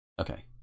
Okay